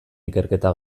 ikerketa